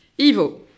Ivo